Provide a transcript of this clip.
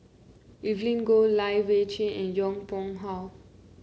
Evelyn Goh Lai Weijie and Yong Pung How